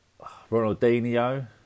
Ronaldinho